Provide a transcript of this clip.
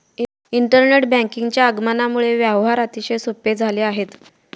internet बँकिंगच्या आगमनामुळे व्यवहार अतिशय सोपे झाले आहेत